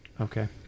Okay